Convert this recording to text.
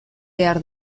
behar